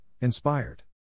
inspired